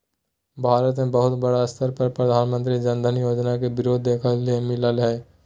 भारत मे बहुत बड़ा स्तर पर प्रधानमंत्री जन धन योजना के विरोध देखे ले मिललय हें